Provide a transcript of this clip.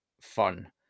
fun